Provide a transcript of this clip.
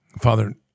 Father